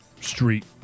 street